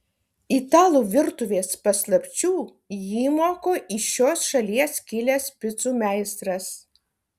italų virtuvės paslapčių jį moko iš šios šalies kilęs picų meistras